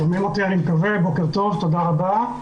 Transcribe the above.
בוקר טוב ותודה רבה.